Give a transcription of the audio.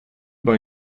bei